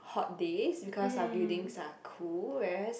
hot days because are buildings are cool whereas